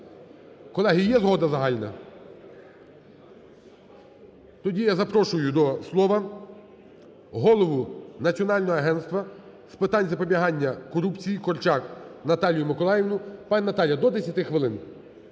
Колеги, є згода загальна? Тоді я запрошую до слова Голову Національного агентства з питань запобігання корупції Корчак Наталію Миколаївну. Пані Наталя, до 10 хвилин.